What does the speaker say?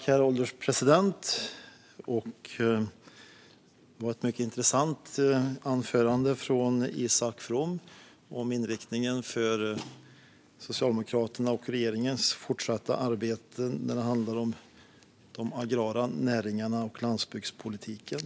Herr ålderspresident! Det var ett mycket intressant anförande från Isak From om inriktningen för Socialdemokraternas och regeringens fortsatta arbete när det gäller de agrara näringarna och landsbygdspolitiken.